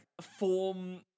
form